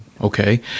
Okay